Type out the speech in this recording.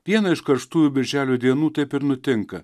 vieną iš karštųjų birželio dienų taip ir nutinka